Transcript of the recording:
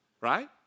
Right